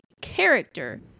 character